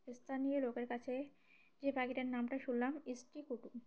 স্থানীয় লোকের কাছে যে বাাকিটার নামটা শুনলাম ইষ্টি কুটুম